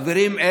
חברים,